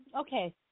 Okay